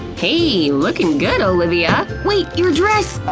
hey! lookin' good, olivia! wait, your dress!